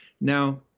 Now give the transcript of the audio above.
Now